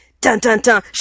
Dun-dun-dun